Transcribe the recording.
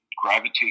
gravitate